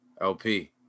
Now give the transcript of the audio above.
LP